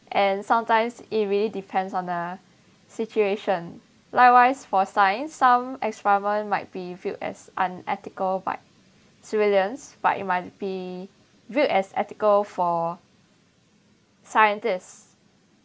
and sometimes it really depends on the situation likewise for science some experiment might be viewed as unethical by civilians but it might be viewed as ethical for scientists